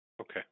Okay